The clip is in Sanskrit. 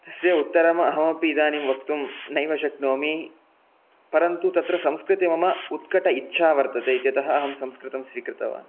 तस्य उत्तरम् अहम् अपि इदानीं वक्तुं नैव शक्नोमि परन्तु तत्र संस्कृते मम उत्कट इच्छा वर्तते इत्यतः अहं संस्कृतं स्वीकृतवान्